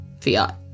fiat